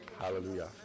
hallelujah